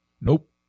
Nope